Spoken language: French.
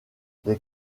les